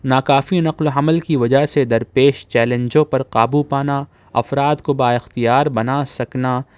ناکافی نقل و حمل کی وجہ سے درپیش چیلنجوں پر قابو پانا افراد کو با اختیار بنا سکنا